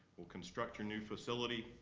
we'll construct your new facility